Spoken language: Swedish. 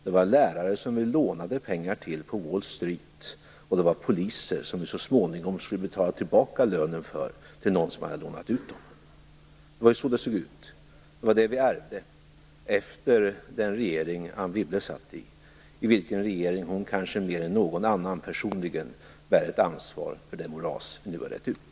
Det var lärare som vi lånade pengar till på Wall Street. Det var poliser vars löner vi så småningom skulle betala tillbaka till någon som hade lånat ut pengar till dem. Det var så det såg ut. Det var det vi ärvde efter den regering Anne Wibble satt i. En regering i vilken hon kanske mer än någon annan personligen bar ett ansvar för det moras vi nu har rett ut.